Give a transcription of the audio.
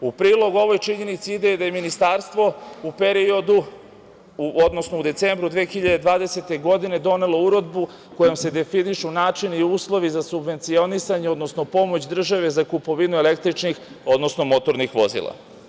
U prilog ovoj činjenici ide da je Ministarstvo u decembru 2020. godine donelo uredbu kojom se definišu načini i uslovi za subvencionisanje, odnosno pomoć države za kupovinu električnih, odnosno motornih vozila.